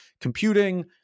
computing